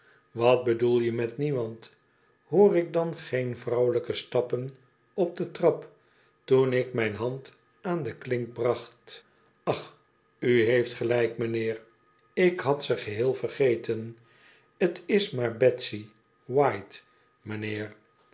wat bedoel je met niemand hoorde ik dan geen vrouwelijke stappen op de trap toen ik mijn hand aan de klink bracht ach u heeft gelijk m'nheer ik had ze geheel vergeten t is maar betsy white